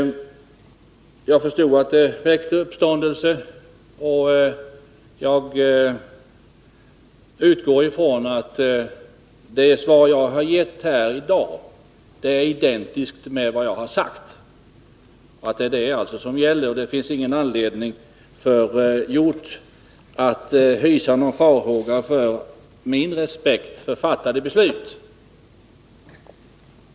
Jag förstod att mitt uttalande väckte uppståndelse. Det svar jag har gett här i dag är identiskt med vad jag har sagt — och det är alltså det som gäller. Det finns ingen anledning för Nils Hjorth att hysa några farhågor för min respekt för fattade beslut.